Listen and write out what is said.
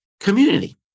community